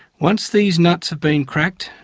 once these nuts have been cracked,